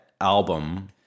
album